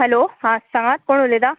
hello हां सांगात कोण उलयता